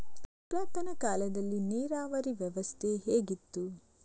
ಪುರಾತನ ಕಾಲದಲ್ಲಿ ನೀರಾವರಿ ವ್ಯವಸ್ಥೆ ಹೇಗಿತ್ತು?